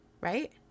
right